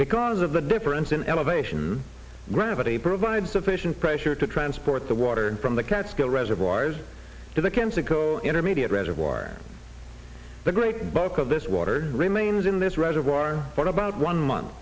because of the difference in elevation gravity provides sufficient pressure to transport the water from the catskill reservoirs to the canseco intermediate reservoir the great bulk of this water remains in this reservoir for about one month